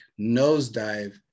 nosedive